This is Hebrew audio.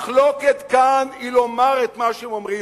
המחלוקת כאן היא על לומר את מה שהם אומרים,